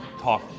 talk